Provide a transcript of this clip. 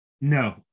No